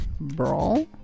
Brawl